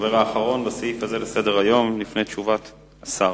הדובר האחרון בסעיף הזה בסדר-היום לפני תשובת שר.